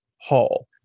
hall